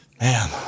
Man